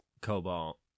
cobalt